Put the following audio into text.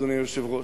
אדוני היושב-ראש,